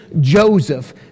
Joseph